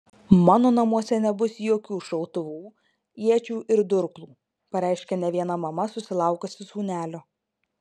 mano namuose nebus jokių šautuvų iečių ir durklų pareiškia ne viena mama susilaukusi sūnelio